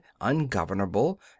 ungovernable